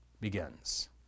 Begins